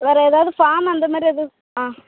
வேறு எதாவது ஃபார்ம் அந்தமாதிரி எதுவும் ஆ